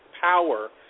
power